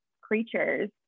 creatures